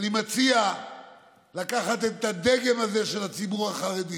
אני מציע לקחת את הדגם הזה של הציבור החרדי